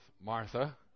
Martha